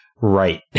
Right